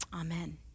Amen